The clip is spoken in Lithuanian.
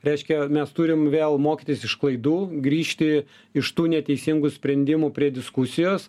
reiškia mes turim vėl mokytis iš klaidų grįžti iš tų neteisingų sprendimų prie diskusijos